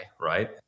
right